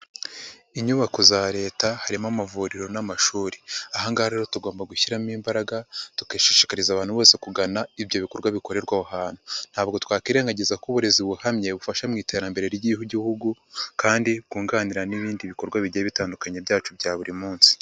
Inyubako za leta harimo amavuriro n'amashuri. Aha ngaha rero tugomba gushyiramo imbaraga, tugashishikariza abantu bose kugana ibyo bikorwa bikorerwa aho hantu. Ntabwo twakwirengagiza ko uburezi buhamye bufasha mu iterambere ry'igihugu kandi bwunganira n'ibindi bikorwa bigiye bitandukanye byacu bya buri munsi.